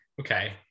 Okay